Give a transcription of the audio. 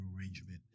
arrangement